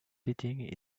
sitting